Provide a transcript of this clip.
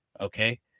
okay